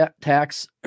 tax